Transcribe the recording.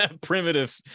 primitive